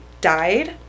died